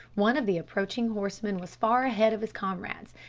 one of the approaching horsemen was far ahead of his comrades,